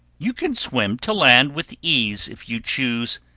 you can swim to land with ease if you choose,